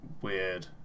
weird